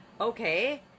Okay